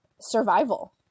survival